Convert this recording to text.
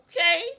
okay